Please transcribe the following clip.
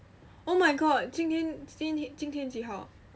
oh my god 今天今天几号